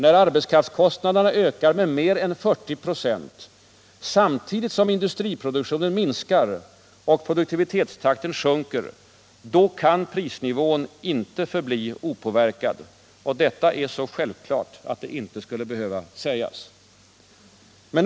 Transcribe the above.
När arbetskraftskostnaderna ökar med mer än 40 96 samtidigt som industriproduktionen minskar och produktivitetstakten sjunker, då kan prisnivån inte förbli opåverkad. Detta är så självklart att det inte skulle behöva sägas.